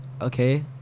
okay